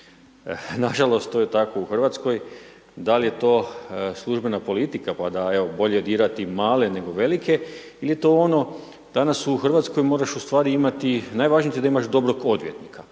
Nažalost to je tako u Hrvatskoj, da li je to službena politika, pa da evo bolje dirati male nego velike ili je to ono, danas u Hrvatskoj moraš u stvari imati, najvažnije ti je da imaš dobrog odvjetnika.